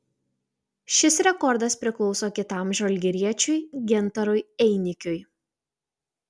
šis rekordas priklauso kitam žalgiriečiui gintarui einikiui